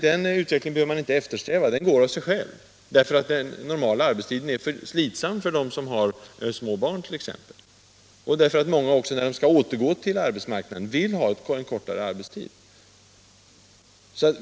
Den utvecklingen behöver man inte eftersträva, den går av sig själv därför att den normala arbetstiden är för slitsam t.ex. för dem som har små barn, och också därför att många, när de skall återgå till arbetsmarknaden, vill ha en kortare arbetstid.